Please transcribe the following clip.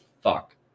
Fuck